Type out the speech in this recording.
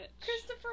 Christopher